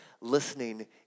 listening